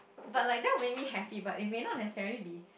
but like that would make me happy but it may not necessarily be